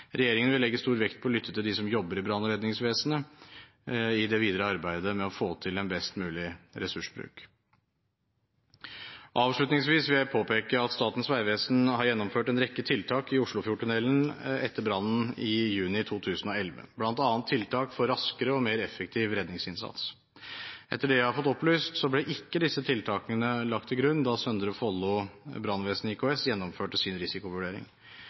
Regjeringen vil legge stor vekt på å lytte til dem som jobber i brann- og redningsvesenet, i det videre arbeid med å få til en best mulig ressursbruk. Avslutningsvis vil jeg påpeke at Statens vegvesen har gjennomført en rekke tiltak i Oslofjordtunnelen etter brannen i juni 2011, bl.a. tiltak for raskere og mer effektiv redningsinnsats. Etter det jeg har fått opplyst, ble ikke disse tiltakene lagt til grunn da Søndre Follo Brannvesen IKS gjennomførte sin risikovurdering.